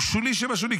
הוא שולי שבשולי.